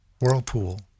whirlpool